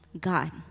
God